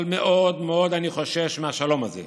אבל מאוד מאוד אני חושש מהשלום הזה.